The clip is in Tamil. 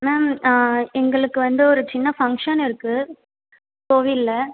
மேம் எங்களுக்கு வந்து ஒரு சின்ன ஃபங்க்ஷன் இருக்குது கோவிலில்